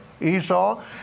Esau